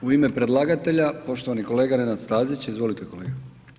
U ime predlagatelja poštovani kolega Nenad Stazić, izvolite kolega.